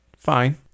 Fine